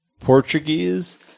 Portuguese